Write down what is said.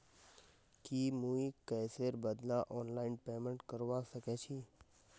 की मुई कैशेर बदला ऑनलाइन पेमेंट करवा सकेछी